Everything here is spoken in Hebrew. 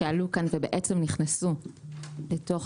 סוגיות שעלו כאן ובעצם נכנסו לתוך